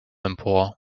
empor